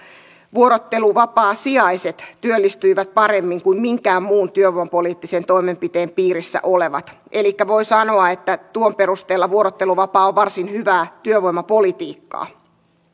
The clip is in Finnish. vuorotteluvapaasijaiset työllistyivät paremmin kuin minkään muun työvoimapoliittisen toimenpiteen piirissä olevat elikkä voi sanoa että tuon perusteella vuorotteluvapaa on varsin hyvää työvoimapolitiikkaa